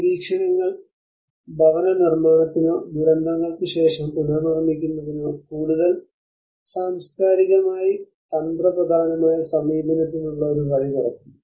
നിരീക്ഷണങ്ങൾ ഭവന നിർമ്മാണത്തിനോ ദുരന്തങ്ങൾക്കുശേഷം പുനർനിർമ്മിക്കുന്നതിനോ കൂടുതൽ സാംസ്കാരികമായി തന്ത്രപ്രധാനമായ സമീപനത്തിനുള്ള ഒരു വഴി തുറക്കുന്നു